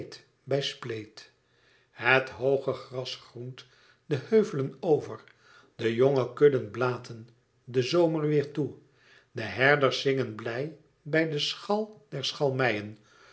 het hooge gras groent de heuvelen over de jonge kudden blaten de zonne weêr toe de herders zingen blij bij den schal der schalmeien